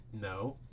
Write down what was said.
No